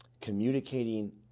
communicating